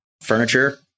furniture